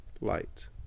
light